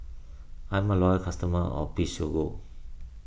I'm a loyal customer of Physiogel